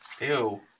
Ew